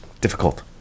difficult